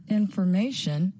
information